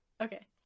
Okay